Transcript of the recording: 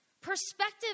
Perspective